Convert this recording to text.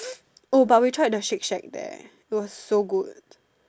oh but we tried the shake shack there it was so good